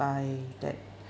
by that